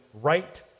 right